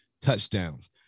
touchdowns